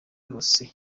yose